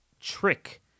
trick